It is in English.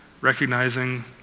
recognizing